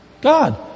God